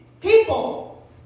people